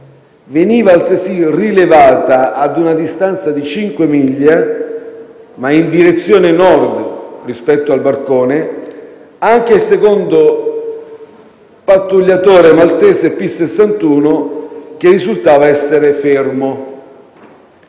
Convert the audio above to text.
Veniva altresì rilevato a una distanza di 5 miglia, ma in direzione nord rispetto al barcone, anche il secondo pattugliatore maltese P61, che risultava essere fermo.